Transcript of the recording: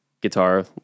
guitar